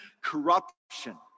corruption